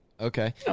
Okay